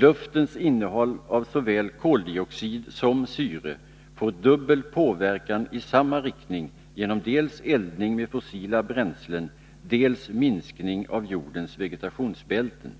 Luftens innehåll av såväl koldioxid som syre får dubbel påverkan i samma riktning genom dels eldning med fossila bränslen, dels minskning av jordens vegetationsbälten.